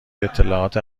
اطلاعات